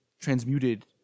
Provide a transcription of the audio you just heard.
transmuted